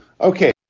Okay